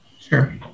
Sure